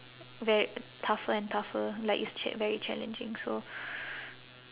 very tougher and tougher like it's ch~ very challenging so